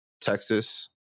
Texas